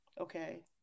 Okay